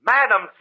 Madam